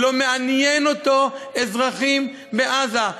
לא מעניין אותו אזרחים מעזה,